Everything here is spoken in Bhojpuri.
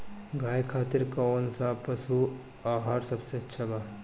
गाय खातिर कउन सा पशु आहार सबसे अच्छा बा?